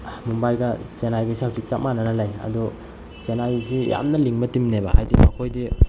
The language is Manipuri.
ꯃꯨꯝꯕꯥꯏꯒ ꯆꯦꯟꯅꯥꯏꯒꯤꯁꯦ ꯍꯧꯖꯤꯛ ꯆꯞ ꯃꯥꯟꯅꯅ ꯂꯩ ꯑꯗꯣ ꯆꯦꯟꯅꯥꯏꯒꯤꯁꯤ ꯌꯥꯝꯅ ꯂꯤꯡꯕ ꯇꯤꯝꯅꯦꯕ ꯍꯥꯏꯗꯤ ꯃꯈꯣꯏꯗꯤ